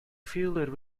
fielded